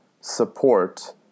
support